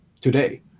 today